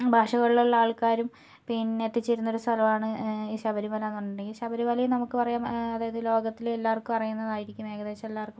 ഭാഷകളിലുള്ള ആൾക്കാരും പിന്നെ എത്തിച്ചേരുന്ന ഒരു സ്ഥലമാണ് ശബരിമലാന്ന് പറഞ്ഞിട്ടുണ്ടെങ്കിൽ ശബരിമലയും നമുക്ക് പറയാം അതായത് ലോകത്തിലെ എല്ലാർക്കും അറിയുന്നതായിരിക്കും ഏകദേശം എല്ലാവർക്കും